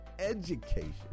education